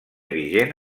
vigent